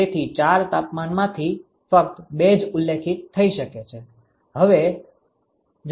તેથી 4 તાપમાનમાંથી ફક્ત બે જ ઉલ્લેખિત થઈ શકે છે